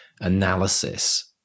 analysis